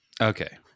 Okay